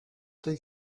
tej